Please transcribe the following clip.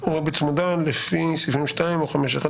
או ריבית צמודה לפי סעיפים 2 או 5(1),